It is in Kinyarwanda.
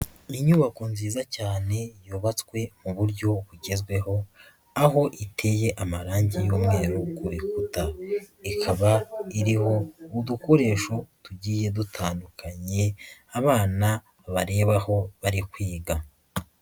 Inyubako nziza cyane yubatswe mu buryo bugezweho aho iteye amarangi y'umweru ku rukuta, ikaba iriho udukoresho tugiye dutandukanye abana bareba aho bari kwiga.